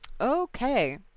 Okay